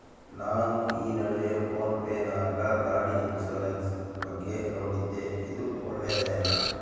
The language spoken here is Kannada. ನಾನು ಈ ನಡುವೆ ಫೋನ್ ಪೇ ನಾಗ ಗಾಡಿ ಇನ್ಸುರೆನ್ಸ್ ಬಗ್ಗೆ ನೋಡಿದ್ದೇ ಇದು ಒಳ್ಳೇದೇನಾ?